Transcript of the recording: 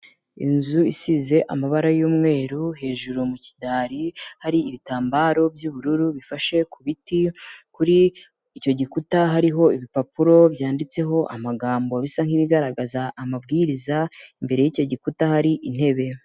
Inzu isize amabara y'umweru, hejuru mu kidari hari ibitambaro by'ubururu bifashe ku biti kuri icyo gikuta hariho ibipapuro byanditseho amagambo bisa nk'ibigaragaza amabwiriza imbere y'icyo gikuta hari intebe.